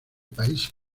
país